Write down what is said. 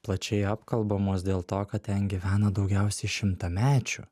plačiai apkalbamos dėl to kad ten gyvena daugiausiai šimtamečių